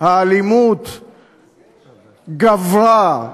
האלימות גברה,